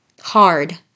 Hard